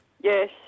Yes